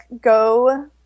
go